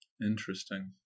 Interesting